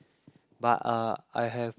but uh I have